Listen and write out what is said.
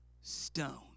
stone